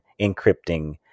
encrypting